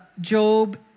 Job